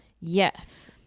yes